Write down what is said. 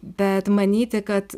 bet manyti kad